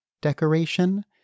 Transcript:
decoration